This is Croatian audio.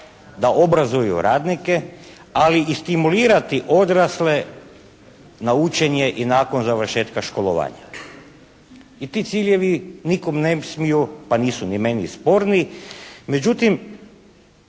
da obrazuju radnike, ali i stimulirati odrasle na učenje i nakon završetka školovanja. I ti ciljevi nikom ne smiju pa nisu ni meni sporni. Međutim,